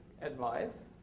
advice